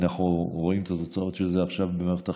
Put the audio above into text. אנחנו רואים את התוצאות של זה עכשיו במערכת החינוך,